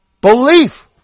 Belief